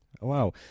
Wow